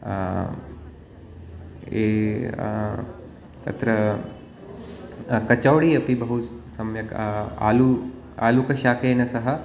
ये तत्र कचौडि अपि बहु स सम्यक् आलू आलूकशाकेन सह